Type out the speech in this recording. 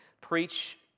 preach